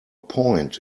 point